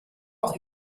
auch